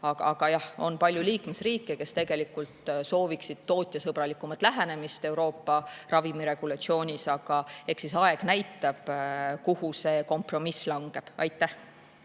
jah, on palju liikmesriike, kes tegelikult sooviksid tootjasõbralikumat lähenemist Euroopa ravimiregulatsioonis. Eks aeg näitab, kuhu see kompromiss langeb. Eduard